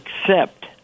accept